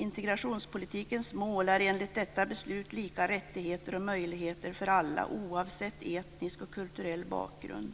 Integrationspolitikens mål är enligt detta beslut lika rättigheter och möjligheter för alla oavsett etnisk och kulturell bakgrund.